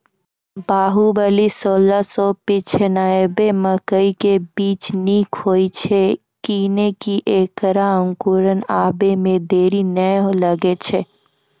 बाहुबली सोलह सौ पिच्छान्यबे मकई के बीज निक होई छै किये की ऐकरा अंकुर आबै मे देरी नैय लागै छै?